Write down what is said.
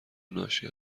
ناشی